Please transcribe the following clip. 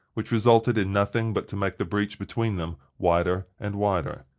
which resulted in nothing but to make the breach between them wider and wider.